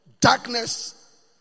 darkness